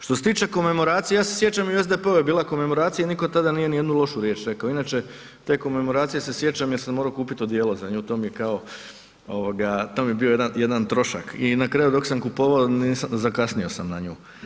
Što se tiče komemoracije, ja se sjećam i u SDP-u je bila komemoracija, nitko tada nije nijednu lošu riječ rekao, inače te komemoracije se sjećam jer sam morao kupiti odijelo za nju, to mi je bio jedan trošak i na kraju dok sam kupovao, zakasnio sam na nju.